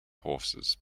horses